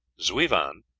zuivan.